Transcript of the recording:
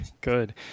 Good